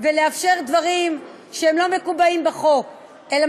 ולאפשר דברים שאינם מקובעים בחוק אלא